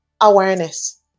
awareness